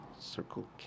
Circle